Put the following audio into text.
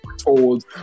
Told